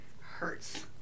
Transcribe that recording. hurts